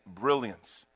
brilliance